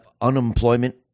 unemployment